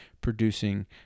producing